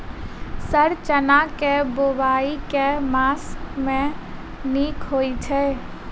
Sir चना केँ बोवाई केँ मास मे नीक होइ छैय?